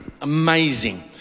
Amazing